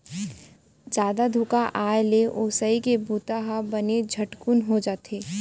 जादा धुका आए ले ओसई के बूता ह बने झटकुन हो जाथे